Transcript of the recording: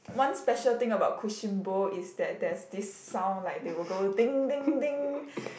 one special thing about Kuishin-bo is that there's this sound like they will go ding ding ding